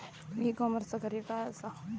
E कॉमर्सचा कार्य काय असा?